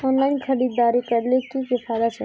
Online खरीदारी करले की की फायदा छे?